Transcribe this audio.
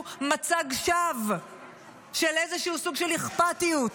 מצג שווא של איזשהו סוג של אכפתיות.